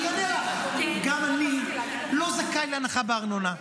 אני יודע, גם אני לא זכאי להנחה במעונות.